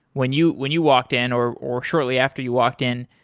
when you when you walked in or or shortly after you walked in,